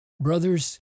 Brothers